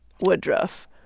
Woodruff